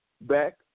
back